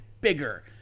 bigger